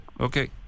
Okay